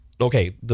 okay